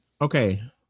Okay